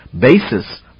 basis